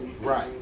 Right